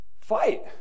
Fight